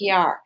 PR